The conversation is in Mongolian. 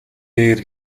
дээр